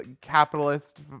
capitalist